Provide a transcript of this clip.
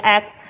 Act